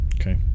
Okay